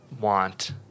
want